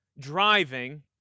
driving